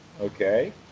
Okay